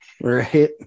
Right